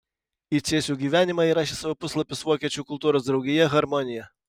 į cėsių gyvenimą įrašė savo puslapius vokiečių kultūros draugija harmonija